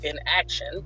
inaction